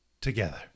Together